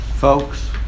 Folks